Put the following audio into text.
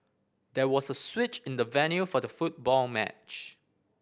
there was a switch in the venue for the football match